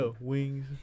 wings